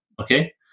Okay